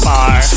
Bar